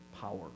power